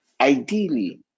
Ideally